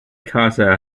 casa